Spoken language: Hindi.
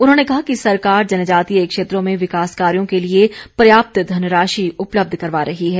उन्होंने कहा कि सरकार जनजातीय क्षेत्रों में विकास कार्यो के लिए पर्याप्त धनराशि उपलब्ध करवा रही है